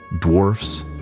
dwarfs